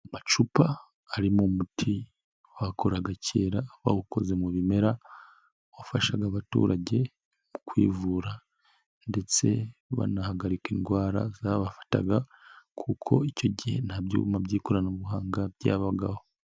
Amacupa ari mu muti bakoraga kera abawukoze mu bimera, wafashaga abaturage kwivura ndetse banahagarika indwara zabafataga, kuko icyo gihe nta byuma by'ikoranabuhanga byabagaho.